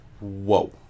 whoa